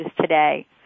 today